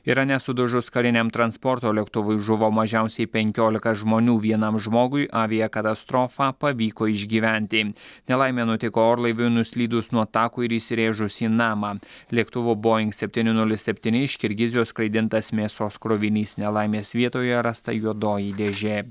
irane sudužus kariniam transporto lėktuvui žuvo mažiausiai penkiolika žmonių vienam žmogui aviakatastrofą pavyko išgyventi nelaimė nutiko orlaiviui nuslydus nuo tako ir įsirėžus į namą lėktuvo boing septyni nulis septyni iš kirgizijos skraidintas mėsos krovinys nelaimės vietoje rasta juodoji dėžė